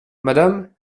madame